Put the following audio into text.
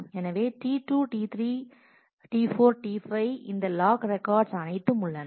எனவே T2 T3 T4 T5 இந்த log records அனைத்தும் உள்ளன